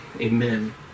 amen